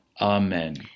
Amen